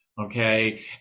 Okay